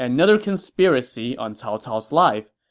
another conspiracy on cao cao's life.